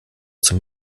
zum